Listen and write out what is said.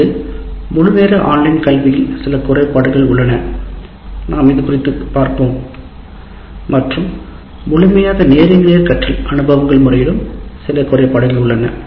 அதாவது முழுநேர ஆன்லைனில் சில குறைபாடுகள் உள்ளன நாம் இது குறித்து பார்ப்போம் மற்றும் முழுமையாக நேருக்கு நேர் கற்றல் அனுபவங்கள் முறையிலும் சில குறைபாடுகள் உள்ளன